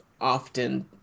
often